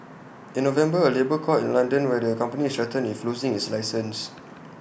in November A labour court in London where the company is threatened with losing its license